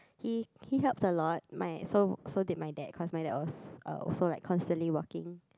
he he helped a lot my so so did my dad cause my dad was uh also like constantly working